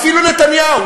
אפילו נתניהו,